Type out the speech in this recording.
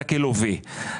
אתה כלווה.